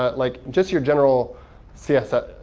ah like just your general css